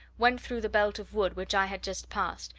went through the belt of wood which i had just passed,